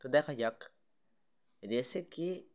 তো দেখা যাক রেসে কে